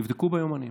תבדקו ביומנים,